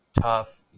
tough